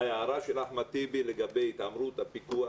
ההערה של אחמד טיבי לגבי התעמרות הפיקוח,